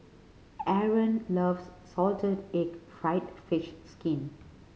Aron loves salted egg fried fish skin